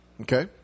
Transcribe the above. okay